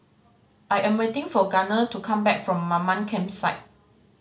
I am waiting for Garner to come back from Mamam Campsite